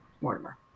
Mortimer